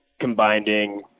combining